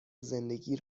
زندگی